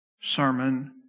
sermon